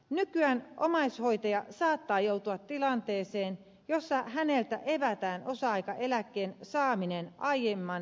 nykyään omaishoitaja saattaa joutua tilanteeseen jossa häneltä evätään osa aikaeläkkeen saaminen aiemman omaishoitojakson takia